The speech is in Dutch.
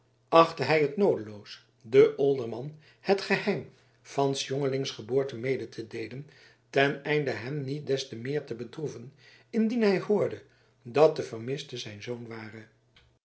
achtte hij het noodeloos den olderman het geheim van s jongelings geboorte mede te deelen ten einde hem niet des te meer te bedroeven indien hij hoorde dat de vermiste zijn zoon ware